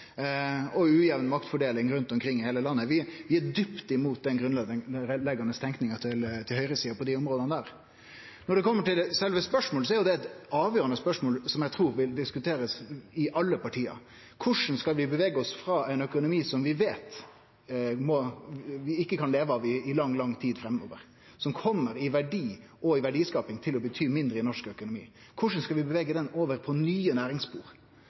og ujamn maktfordeling rundt omkring i heile landet. Vi er djupt imot den grunnleggjande tenkinga til høgresida på desse områda. Når det kjem til sjølve spørsmålet, er det eit avgjerande spørsmål som eg trur vil bli diskutert i alle parti: Korleis skal vi bevege oss frå ein økonomi som vi veit vi ikkje kan leve av i lang, lang tid framover, og som i verdi og verdiskaping kjem til å bety mindre i norsk økonomi? Korleis skal vi bevege han over på nye